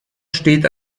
steht